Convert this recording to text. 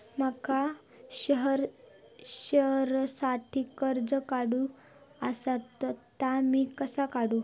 माका शेअरसाठी कर्ज काढूचा असा ता मी कसा काढू?